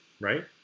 Right